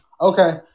Okay